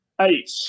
eight